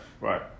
right